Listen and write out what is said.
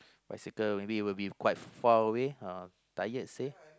bicycle maybe will be quite far away ah tired seh